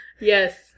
Yes